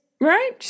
right